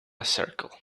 circle